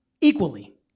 equally